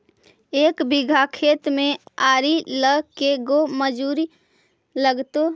एक बिघा खेत में आरि ल के गो मजुर लगतै?